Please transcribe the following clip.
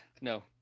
No